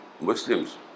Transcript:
Muslims